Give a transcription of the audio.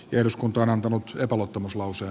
voittaa on antanut epäluottamuslause